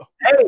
Hey